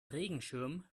regenschirm